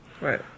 Right